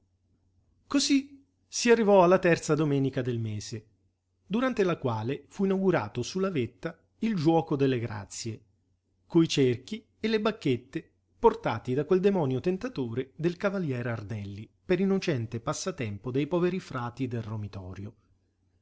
cosí si arrivò alla terza domenica del mese durante la quale fu inaugurato su la vetta il giuoco delle grazie coi cerchi e le bacchette portati da quel demonio tentatore del cavaliere ardelli per innocente passatempo dei poveri frati del romitorio